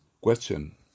Question